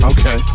Okay